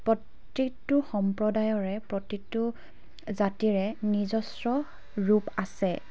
প্ৰত্যেকটো সম্প্ৰদায়ৰে প্ৰতিটো জাতিৰে নিজস্ব ৰূপ আছে